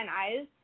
Eyes